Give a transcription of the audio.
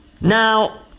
now